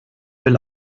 will